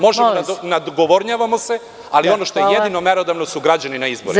Možemo da se nadgovornjavamo, ali ono što je jedino merodavno su građani na izborima.